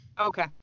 Okay